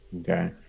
okay